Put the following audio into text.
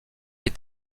est